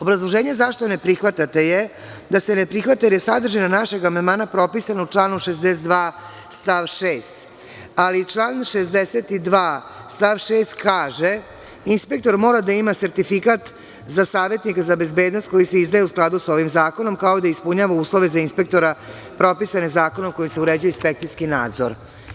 Obrazloženje zašto ne prihvatate je da se ne prihvata jer je sadržina našeg amandmana propisana u članu 62. stav 6, ali član 62. stav 6. kaže – inspektor mora da ima sertifikat za savetnika za bezbednost koji se izdaje u skladu sa ovim zakonom, kao da ispunjava uslove za inspektora propisane zakonom kojim se uređuje inspekcijski nadzor.